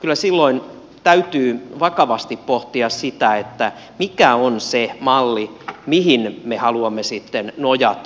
kyllä silloin täytyy vakavasti pohtia sitä mikä on se malli mihin me haluamme sitten nojata